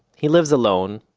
he lives alone,